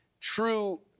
True